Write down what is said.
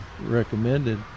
recommended